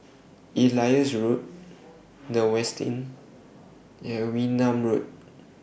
Elias Road The Westin and Wee Nam Road